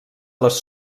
les